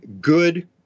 good